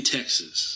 Texas